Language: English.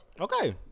Okay